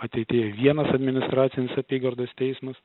ateityje vienas administracinis apygardos teismas